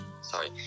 Sorry